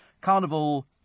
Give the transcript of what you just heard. Carnival